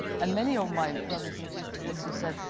and many of my brothers and sisters as you said,